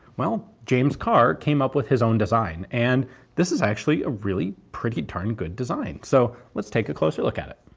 well, james kerr came up with his own design. and this is actually a really pretty darn good design, so let's take a closer look at it.